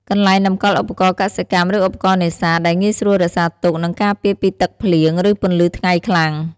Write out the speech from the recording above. កន្លែងតម្កល់ឧបករណ៍កសិកម្ម ឬឧបករណ៍នេសាទ ដែលងាយស្រួលរក្សាទុក និងការពារពីទឹកភ្លៀង ឬពន្លឺថ្ងៃខ្លាំង ។